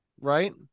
right